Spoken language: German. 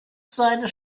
seines